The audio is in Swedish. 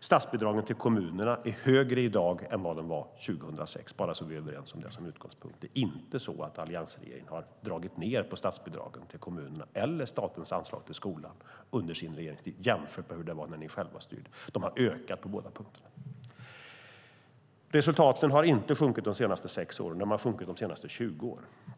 Statsbidragen till kommunerna är högre i dag än vad de var 2006, bara så att vi är överens om det som utgångspunkt. Det är inte så att alliansregeringen har dragit ned på statsbidragen till kommunerna eller på statens anslag till skolan under sin regeringstid jämfört med hur det var ni själva styrde. Det har ökat på båda punkterna. Resultaten har inte sjunkit de senaste sex åren. De har sjunkit de senaste tjugo åren.